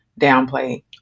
downplay